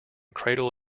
cradle